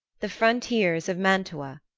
the frontiers of mantua.